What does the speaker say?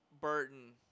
Burton